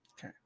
Okay